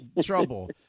trouble